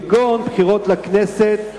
כגון בחירות לכנסת,